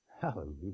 Hallelujah